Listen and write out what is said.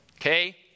Okay